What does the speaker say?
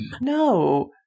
No